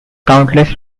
countless